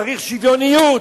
צריך שוויוניות,